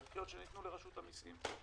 לדחיות שניתנו לרשות המיסים.